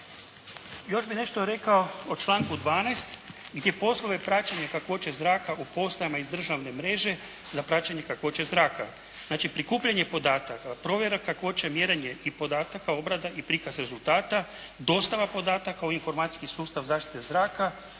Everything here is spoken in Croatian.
Još bih nešto rekao o članku 12. gdje poslove praćenja kakvoće zraka u postajama iz državne mreže za praćenje kakvoće zraka. Znači, prikupljanje podataka, provjera kakvoće, mjerenje podataka, obrada i prikaz rezultata, dostava podataka u informacijski sustav zaštite zraka,